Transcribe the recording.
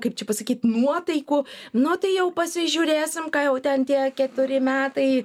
kaip čia pasakyt nuotaikų na tai jau pasižiūrėsim ką jau ten tie keturi metai